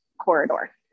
corridor